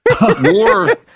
War